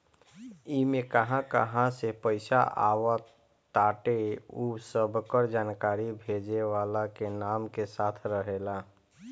इमे कहां कहां से पईसा आवताटे उ सबकर जानकारी भेजे वाला के नाम के साथे रहेला